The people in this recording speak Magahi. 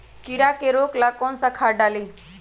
कीड़ा के रोक ला कौन सा खाद्य डाली?